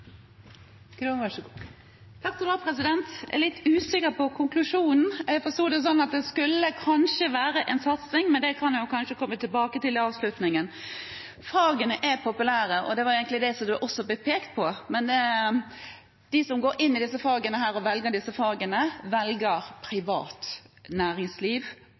Jeg er litt usikker på konklusjonen. Jeg forsto det sånn at det kanskje skulle være en satsing, men det kan vi komme tilbake til i avslutningen. Fagene er populære, og det var egentlig det som det også ble pekt på, men de som velger disse fagene, velger privat næringsliv, for der er det godt betalte og